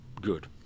good